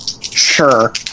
Sure